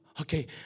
Okay